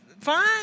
Fine